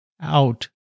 out